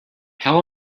how